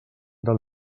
del